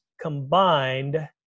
combined